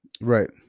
Right